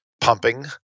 pumping